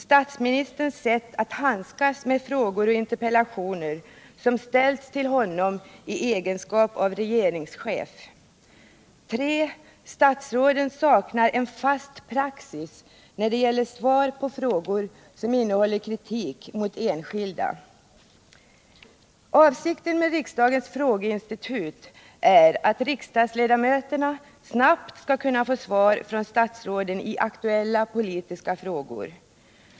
Statsministerns sätt att handskas med frågor och interpellationer som ställts till honom i hans egenskap av regeringschef. 3. Statsråden saknar en fast praxis när det gäller svar på frågor som innehåller kritik mot enskilda. Avsikten med riksdagens frågeinstitut är att riksdagsledamöterna snabbt skall kunna få svar från statsråden i aktuella politiska frågor.